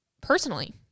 Personally